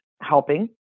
helping